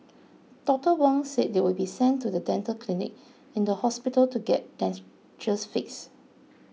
Doctor Wong said they would be sent to the dental clinic in the hospital to get dentures fixed